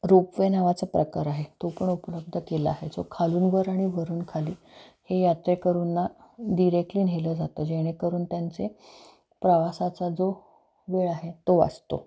ropeway नावाचा प्रकार आहे तो पण उपलब्ध केला आहे जो खालून वर आणि वरून खाली हे यात्रेकरूंना डीरेकली नेलं जातं जेणेकरून त्यांचे प्रवासाचा जो वेळ आहे तो वाचतो